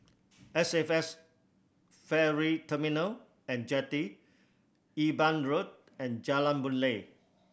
S F S Ferry Terminal And Jetty Eben Road and Jalan Boon Lay